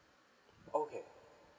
okay